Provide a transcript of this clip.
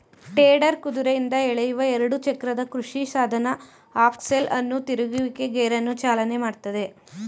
tedder ಕುದುರೆಯಿಂದ ಎಳೆಯುವ ಎರಡು ಚಕ್ರದ ಕೃಷಿಸಾಧನ ಆಕ್ಸೆಲ್ ಅನ್ನು ತಿರುಗುವಿಕೆ ಗೇರನ್ನು ಚಾಲನೆ ಮಾಡ್ತದೆ